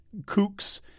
kooks